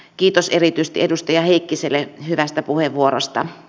kiitos erityisesti edustaja heikkiselle hyvästä puheenvuorosta